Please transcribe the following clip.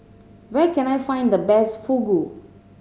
where can I find the best Fugu